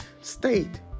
state